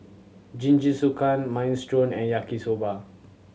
Jingisukan Minestrone and Yaki Soba